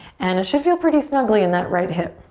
and it should feel pretty snugly in that right hip.